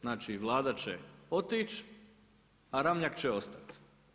Znači, Vlada će otići, a Ramljak će ostati.